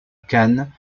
cannes